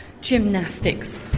Gymnastics